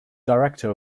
director